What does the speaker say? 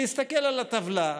להסתכל על הטבלה,